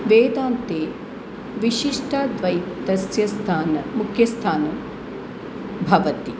वेदान्ते विशिष्टाद्वैतस्य स्थानं मुख्यस्थानं भवति